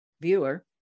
viewer